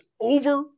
over